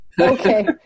okay